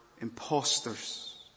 imposters